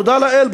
תודה לאל,